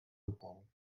rukou